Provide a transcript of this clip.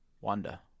Wanda